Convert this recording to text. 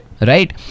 right